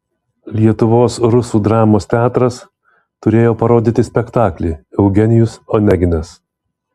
lietuvos rusų dramos teatras turėjo parodyti spektaklį eugenijus oneginas